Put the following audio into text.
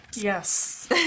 Yes